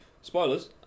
spoilers